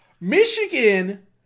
Michigan